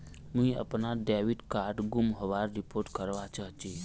मुई अपना debit card गूम होबार रिपोर्ट करवा चहची